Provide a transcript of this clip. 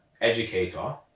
Educator